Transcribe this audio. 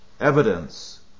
evidence